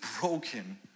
broken